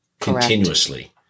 continuously